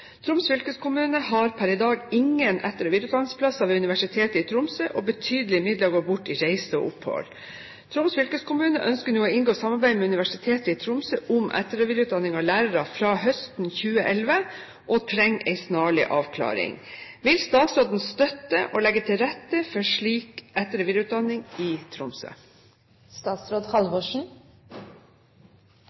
Troms fylkeskommune har per i dag ingen EVU-plasser ved Universitetet i Tromsø, og betydelige midler går bort i reise og opphold. Troms fylkeskommune ønsker nå å inngå samarbeid med Universitetet i Tromsø om EVU for lærere fra høsten 2011 og trenger snarlig avklaring. Vil statsråden støtte og legge til rette for et slikt tilbud om etter- og videreutdanning i Tromsø?»